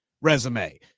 resume